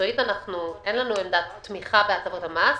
מקצועית אין לנו עמדת תמיכה בהטבות המס,